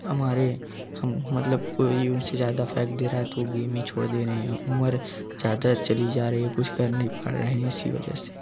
हमारे हम मतलब कोई उनसे ज्यादा फेंक दे रहा है तो भी हमें छोड़ दे रहे हो उम्र ज्यादा चली रही हो कुछ कर नही पा रहे है इसी वजह से